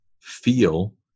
feel